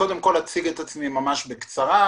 אציג את עצמי בקצרה,